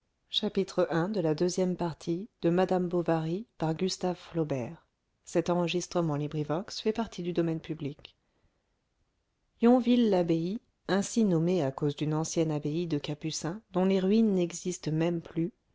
yonville labbaye ainsi nommé à cause d'une ancienne abbaye de capucins dont les ruines n'existent même plus